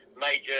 major